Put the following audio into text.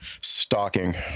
Stalking